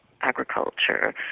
agriculture